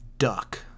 duck